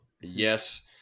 Yes